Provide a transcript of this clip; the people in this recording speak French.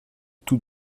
tout